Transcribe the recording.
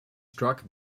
struck